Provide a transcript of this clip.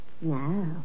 No